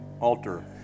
altar